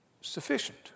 sufficient